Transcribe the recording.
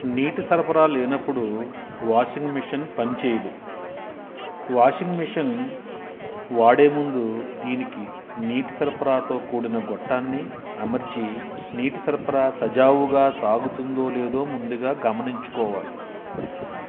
నీటి సరఫరా లేనప్పుడు వాషింగ్ మిషన్ పని చేయదు వాషింగ్ మిషన్ వాడే ముందు దీనికి నీటి సరఫరాతో కూడిన గొట్టాన్ని అమర్చి నీటి సరఫరా సజావుగా సాగుతుందో లేదో ముందుగా గమనించుకోవాలి